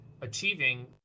achieving